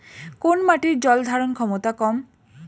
কোন মাটির জল ধারণ ক্ষমতা কম?